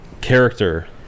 character